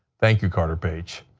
thank you, carter page.